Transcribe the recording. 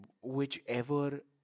whichever